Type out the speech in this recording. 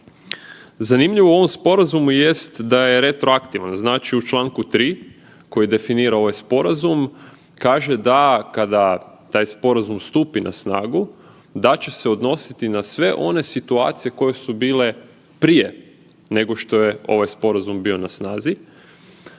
Zanimljivo u ovom sporazumu jest da je retroaktivan, znači u čl. 3. koji definira ovaj sporazum kaže da kada taj sporazum stupi na snagu da će se odnositi na sve one situacije koje su bile prije nego što je ovaj sporazum bio na snazi.